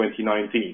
2019